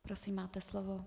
Prosím, máte slovo.